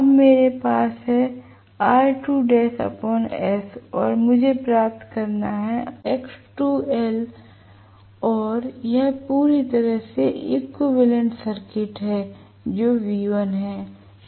अब मेरे पास है और मुझे प्राप्त करना है और यह पूरी तरह से इक्विवेलेंट सर्किट है जो V1 है